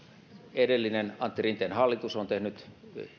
edellinen antti rinteen hallitus on